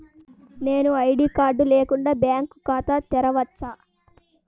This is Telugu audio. నేను ఐ.డీ కార్డు లేకుండా బ్యాంక్ ఖాతా తెరవచ్చా?